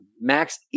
max